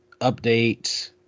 update